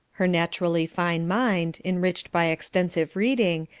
her naturally fine mind, enriched by extensive reading,